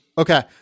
Okay